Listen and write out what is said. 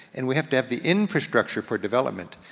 and we have to have the infrastructure for development,